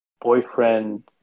boyfriend